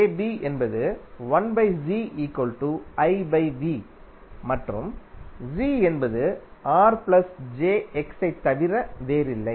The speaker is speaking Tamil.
என்பது மற்றும் Z என்பது ஐத் தவிர வேறில்லை